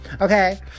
Okay